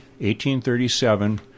1837